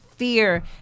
Fear